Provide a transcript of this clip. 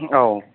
औ